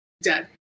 dead